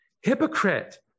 Hypocrite